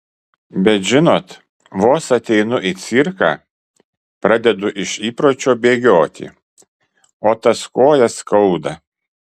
bet žinot vos ateinu į cirką pradedu iš įpročio bėgioti o tas kojas skauda